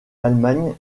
allemagne